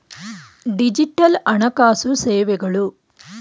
digital ಹಣಕಾಸು ಸೇವೆಗಳು